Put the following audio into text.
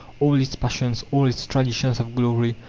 all its passions, all its traditions of glory,